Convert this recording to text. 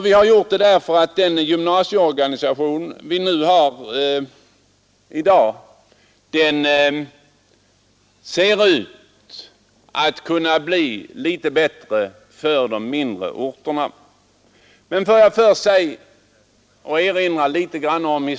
Vi har gjort det därför att den gymnasieorganisation vi Onsdagen den Men får jag först göra en historisk återblick på denna punkt.